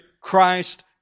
Christ